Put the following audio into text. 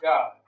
God